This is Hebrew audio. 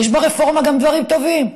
יש ברפורמה גם דברים טובים.